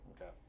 okay